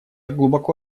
глубоко